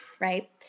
right